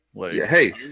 Hey